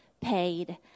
paid